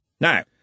Now